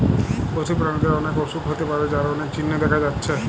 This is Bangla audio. পশু প্রাণীদের অনেক অসুখ হতে পারে যার অনেক চিহ্ন দেখা যাচ্ছে